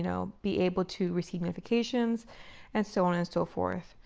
know, be able to receive notifications and so on and so forth,